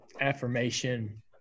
affirmation